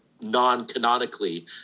non-canonically